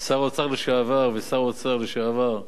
שר האוצר לשעבר, ושר האוצר לשעבר,